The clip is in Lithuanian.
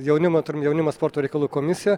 jaunimo turim jaunimo sporto reikalų komisiją